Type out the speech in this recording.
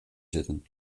zitten